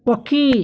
ପକ୍ଷୀ